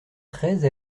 treize